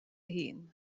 hun